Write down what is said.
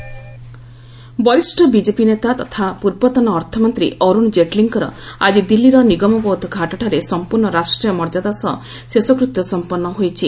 ଅର୍ଗଣ ଜେଟଲୀ ବରିଷ୍ଣ ବଜେପି ନେତା ତଥା ପୂର୍ବତନ ଅର୍ଥମନ୍ତ୍ରୀ ଅର୍ଚ୍ଚଣ ଜେଟଲୀଙ୍କର ଆକ୍ଟି ଦିଲ୍ଲୀର ନିଗମବୋଧ ଘାଟଠାରେ ସମ୍ପର୍ଣ୍ଣ ରାଷ୍ଟ୍ରୀୟ ମର୍ଯ୍ୟାଦା ସହ ଶେଷକୃତ୍ୟ ସମ୍ପନ୍ନ ହୋଇଛି